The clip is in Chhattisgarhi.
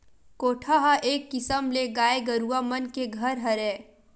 कोठा ह एक किसम ले गाय गरुवा मन के घर हरय